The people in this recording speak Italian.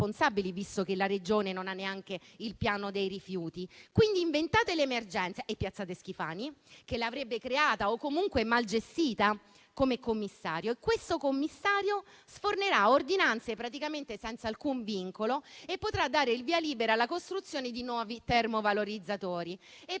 visto che la Regione non ha neanche il piano rifiuti. Quindi, inventate le emergenze e piazzate Schifani, che l'avrebbe creata o comunque mal gestita, come commissario. E questo commissario sfornerà ordinanze praticamente senza vincolo alcuno e potrà dare il via libera alla costruzione di nuovi termovalorizzatori.